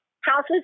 houses